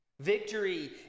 Victory